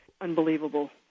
unbelievable